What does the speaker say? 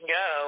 go